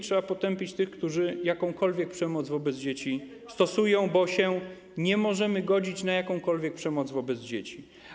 Trzeba potępić tych, którzy jakąkolwiek przemoc wobec dzieci stosują, bo nie możemy godzić się na jakąkolwiek przemoc wobec dzieci.